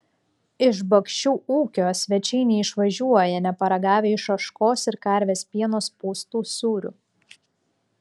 iš bakšių ūkio svečiai neišvažiuoja neparagavę iš ožkos ir karvės pieno spaustų sūrių